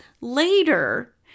later